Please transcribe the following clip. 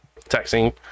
texting